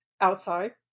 outside